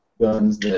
guns